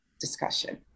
discussion